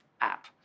app